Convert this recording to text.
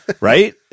Right